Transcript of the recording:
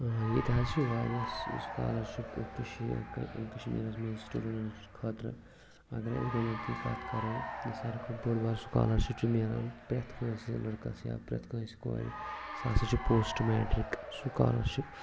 ییٚتہِ حظ چھِ واریاہ سُکالَرشِپ کٔشیٖر کَشمیٖرَس منٛز سٹوڈَنٹَن خٲطرٕ اگر أسۍ گۄڈنٮ۪تھٕے کَتھ کَرو یہِ ساروی کھۄتہٕ بٔڑ بار سکالَرشِپ چھِ میلان پرٛٮ۪تھ کٲنٛسہِ لٔڑکَس یا پرٛٮ۪تھ کٲنٛسہِ کورِ سُہ ہَسا چھُ پوسٹ میٹرٛک سُکالَرشِپ